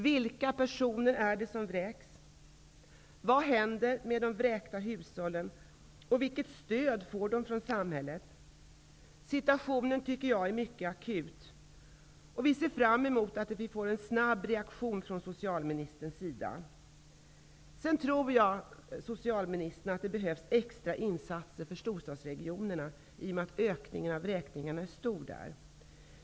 Situationen är enligt min mening mycket akut. Vi ser fram emot en snabb reaktion från socialministern. Dessutom tror jag, socialministern, att det behövs extra insatser för storstadsregionerna i och med den stora ökning som där skett av antalet vräkningar.